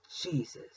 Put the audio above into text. Jesus